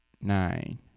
nine